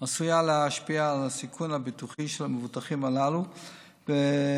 עשוי להשפיע על הסיכון הביטוחי של המבוטחים הללו ועלול